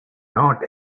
not